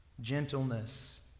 gentleness